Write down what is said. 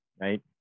right